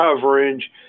coverage